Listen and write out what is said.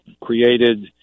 created